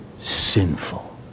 sinful